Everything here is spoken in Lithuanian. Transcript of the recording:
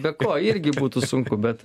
be ko irgi būtų sunku bet